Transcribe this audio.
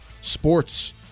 sports